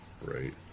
right